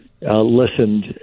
listened